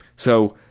so,